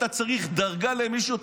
כשאתה צריך דרגה למישהו,